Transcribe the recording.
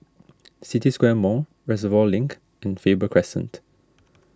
City Square Mall Reservoir Link and Faber Crescent